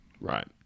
Right